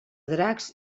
dracs